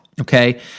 Okay